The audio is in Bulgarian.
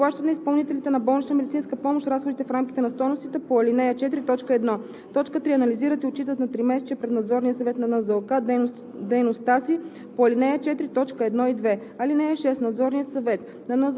по ал. 4, т. 1 и 2 по месеци и на тримесечие; 2. изплащат на изпълнителите на болнична медицинска помощ разходите в рамките на стойностите по ал. 4, т. 1; 3. анализират и отчитат на тримесечие пред Надзорния съвет на НЗОК дейността си